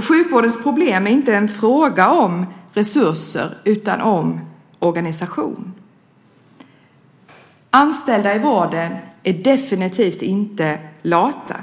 Sjukvårdens problem är inte en fråga om resurser utan om organisation. Anställda i vården är definitivt inte lata,